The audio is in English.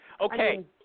Okay